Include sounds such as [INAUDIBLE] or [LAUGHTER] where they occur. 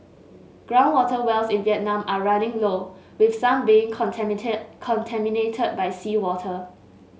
ground water wells in Vietnam are running low with some being [UNINTELLIGIBLE] contaminated by seawater